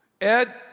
Ed